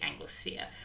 Anglosphere